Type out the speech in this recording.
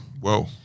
Whoa